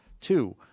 two